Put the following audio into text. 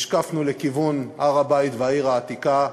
השקפנו לכיוון הר-הבית והעיר העתיקה,